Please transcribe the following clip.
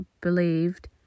believed